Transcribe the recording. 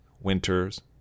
Winter's